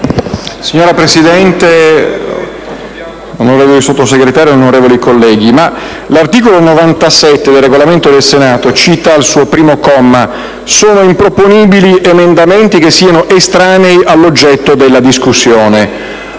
Signora Presidente, onorevole Sottosegretario, onorevoli colleghi, l'articolo 97 del Regolamento del Senato recita al suo primo comma: "sono improponibili... emendamenti... che siano estranei all'oggetto della discussione."